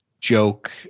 joke